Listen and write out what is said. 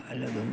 വല്ലതും